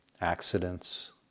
accidents